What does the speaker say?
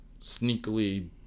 sneakily